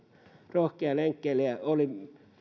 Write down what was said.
rohkea lenkkeilijä oli